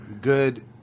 good